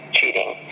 Cheating